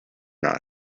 not